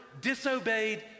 disobeyed